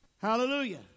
Hallelujah